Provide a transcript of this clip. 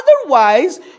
Otherwise